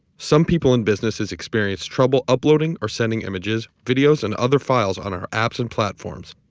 some people and businesses experienced trouble uploading or sending images, videos and other files on our apps and platforms.